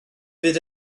fydd